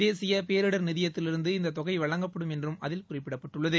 தேசிய பேரிடர் நிதியத்திலிருந்து இந்த தொகை வழங்கப்படும் என்று அதில் குறிப்பிடப்பட்டுள்ளது